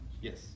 Yes